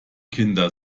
kinder